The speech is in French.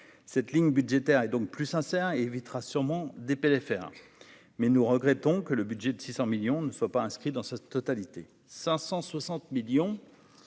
cette ligne budgétaire et donc plus sincère et évitera sûrement des PLFR mais nous regrettons que le budget de 600 millions ne soit pas inscrit dans sa totalité 560 millions